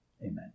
Amen